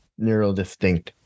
neurodistinct